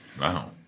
Wow